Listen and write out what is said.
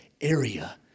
area